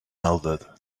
melted